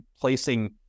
placing